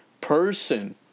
person